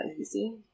easy